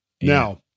Now